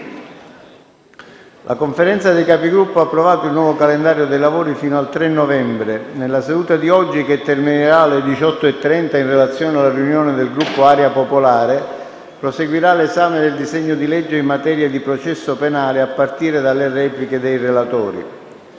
la Conferenza dei Capigruppo ha approvato il nuovo calendario dei lavori fino al 3 novembre. Nella seduta di oggi, che terminerà alle ore 18,30 in relazione alla riunione del Gruppo Area Popolare, proseguirà l'esame del disegno di legge in materia di processo penale, a partire dalle repliche dei relatori.